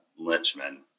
lynchman